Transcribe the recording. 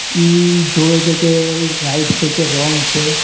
એ જોવે છે કે રાઇટ છે કે રોંગ છે